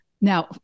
Now